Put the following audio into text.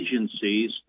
agencies